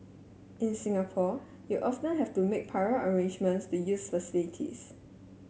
in Singapore you often have to make prior arrangements to use facilities